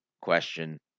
question